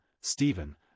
Stephen